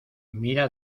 mira